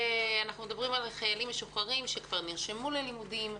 אנחנו מדברים על חיילים משוחררים שכבר נרשמו ללימודים,